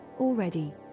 already